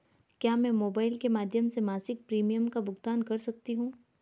क्या मैं मोबाइल के माध्यम से मासिक प्रिमियम का भुगतान कर सकती हूँ?